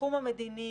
בתחום המדיני,